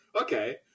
Okay